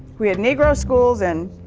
we had negro schools and,